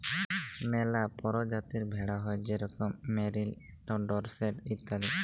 ম্যালা পরজাতির ভেড়া হ্যয় যেরকম মেরিল, ডরসেট ইত্যাদি